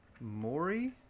Maury